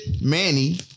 Manny